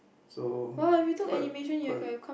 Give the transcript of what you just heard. so quite quite